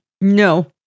No